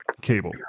cable